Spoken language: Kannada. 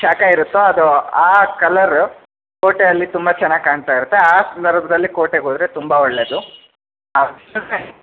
ಶಾಖಾ ಇರುತ್ತೋ ಅದು ಆ ಕಲ್ಲರು ಕೋಟೆಯಲ್ಲಿ ತುಂಬ ಚೆನ್ನಾಗಿ ಕಾಣ್ತಾ ಇರುತ್ತೆ ಆ ಸಂದರ್ಭದಲ್ಲಿ ಕೋಟೆಗೆ ಹೋದರೆ ತುಂಬ ಒಳ್ಳೆಯದು